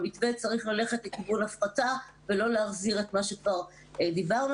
המתווה צריך ללכת לכיוון הפחתה ולא להחזיר את מה שכבר דיברנו.